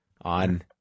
on